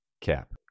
Cap